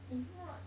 if not